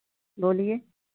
बोलिये